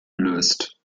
löst